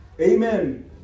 amen